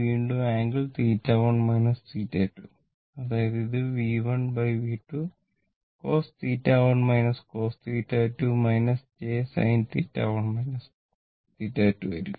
വീണ്ടും ആംഗിൾ θ1 θ2 അതായത് ഇത് V1 V2 cos θ1 θ2 j sinθ1 θ2 ആയിരിക്കും